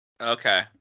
Okay